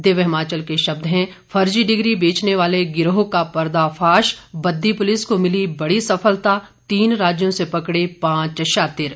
दिव्य हिमाचल के शब्द हैं फर्जी डिग्री बेचने वाले गिरोह का पर्दाफाश बद्दी पुलिस को मिली बड़ी सफलता तीन राज्यों से पकड़े पांच शातिर